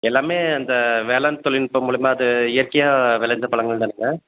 எல்லாமே அந்த வேளாண் தொழில் நுட்பம் மூலியமாக அது இயற்கையாக விளஞ்ச பழங்கள் தானுங்க